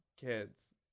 kids